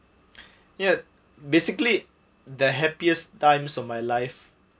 yet basically the happiest times of my life